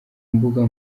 mbuga